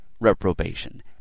Reprobation